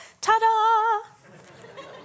ta-da